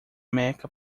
meca